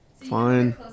Fine